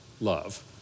love